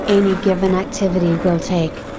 any given activity will take.